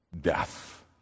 Death